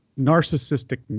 narcissistic